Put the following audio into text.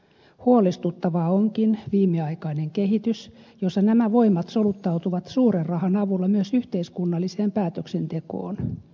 huolestuttavaa onkin viimeaikainen kehitys jossa nämä voimat soluttautuvat suuren rahan avulla myös yhteiskunnalliseen päätöksentekoon